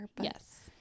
Yes